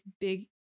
big